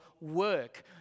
work